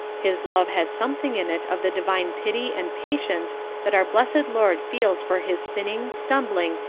his love had something in it of the divine pity and patience that our blessed lord feels for his sinning, stumbling,